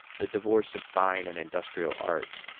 the divorce of fine and industrial arts,